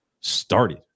started